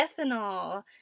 ethanol